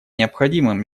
необходимым